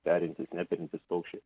perintys neperintys paukščiai